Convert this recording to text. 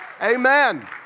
Amen